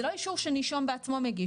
זה לא אישור שנישום בעצמו מגיש,